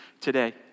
today